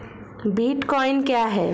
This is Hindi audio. बिटकॉइन क्या है?